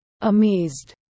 Amazed